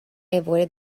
avoided